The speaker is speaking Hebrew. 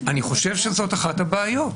אני חושב שזאת אחת הבעיות.